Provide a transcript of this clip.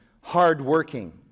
hardworking